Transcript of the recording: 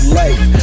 life